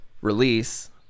release